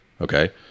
Okay